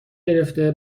گرفته